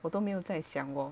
我都没有在想我